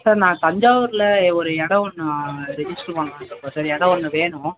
sir நான் தஞ்சாவூரில் எ ஒரு இடம் ஒன்று ரெஜிஸ்டர் பண்ணலான்ருக்கோம் சார் இடம் ஒன்று வேணும்